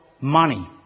money